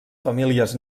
famílies